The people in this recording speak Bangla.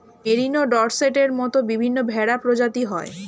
মেরিনো, ডর্সেটের মত বিভিন্ন ভেড়া প্রজাতি হয়